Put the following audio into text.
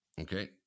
Okay